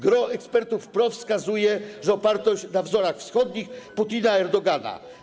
Gros ekspertów wprost wskazuje, że oparto się na wzorach wschodnich Putina, Erdo?ana.